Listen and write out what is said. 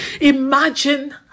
Imagine